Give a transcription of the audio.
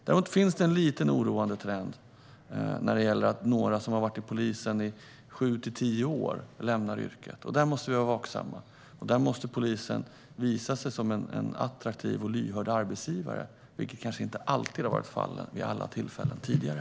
Däremot finns det en liten oroande trend där några som har varit i polisen i sju till tio år lämnar yrket. Där måste vi vara vaksamma, och där måste polisen visa sig som en attraktiv och lyhörd arbetsgivare, vilket kanske inte alltid har varit fallet vid alla tillfällen tidigare.